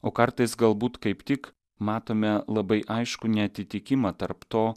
o kartais galbūt kaip tik matome labai aiškų neatitikimą tarp to